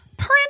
Print